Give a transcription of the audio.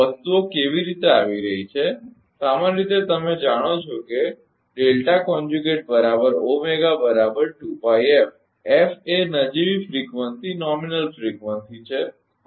વસ્તુઓ કેવી રીતે આવી રહી છે સામાન્ય રીતે તમે જાણો છો કે F એ નજીવી ફ્રીકવંસી છે